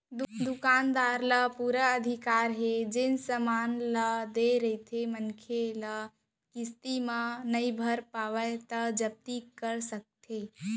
दुकानदार ल पुरा अधिकार हे जेन समान देय रहिथे मनसे ल किस्ती म नइ भर पावय त जब्ती कर सकत हे